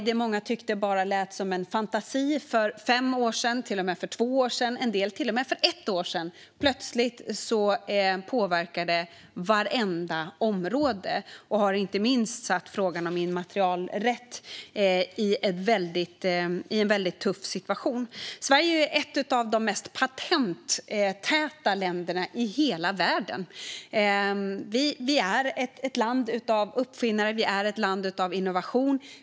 Det som många tyckte lät som en fantasi för fem år sedan, för två år sedan eller till och med för ett år sedan påverkar plötsligt vartenda område. Inte minst har det satt frågan om immaterialrätt i en väldigt tuff situation. Sverige är ett av de mest patenttäta länderna i hela världen. Vi är ett land av uppfinnare. Vi är ett land av innovation.